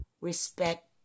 respect